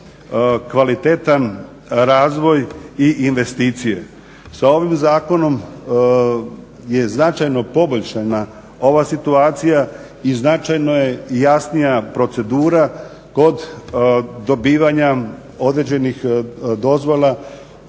kvalitetan razvoj i investicije. Sa ovim zakonom je značajno poboljšana ova situacija i značajno je jasnija procedura kod dobivanja određenih dozvola